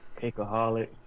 Cakeaholic